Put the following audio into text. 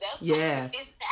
Yes